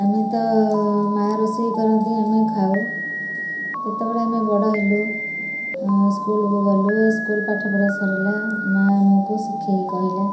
ଆମେ ତ ମାଆ ରୋଷେଇ କରନ୍ତି ଆମେ ଖାଉ ଯେତେବେଳେ ଆମେ ବଡ଼ ହେଲୁ ସ୍କୁଲ୍କୁ ଗଲୁ ସ୍କୁଲ୍ ପାଠପଢ଼ା ସରିଲା ମାଆ ଆମକୁ ଶିଖାଇ କହିଲା